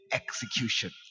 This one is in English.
execution